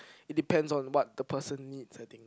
it depends on what the person needs I think